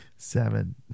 Seven